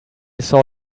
saw